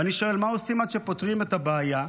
ואני שואל, מה עושים עד שפותרים את הבעיה?